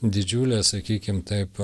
didžiulė sakykim taip